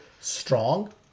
strong